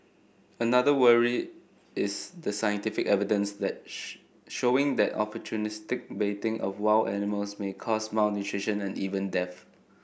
another worry is the scientific evidence let showing that opportunistic baiting of wild animals may cause malnutrition and even death